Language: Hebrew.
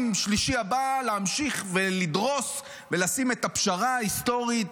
שלישי הבא להמשיך ולדרוס ולשים את הפשרה ההיסטורית,